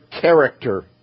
character